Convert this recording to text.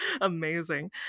amazing